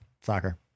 Soccer